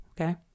Okay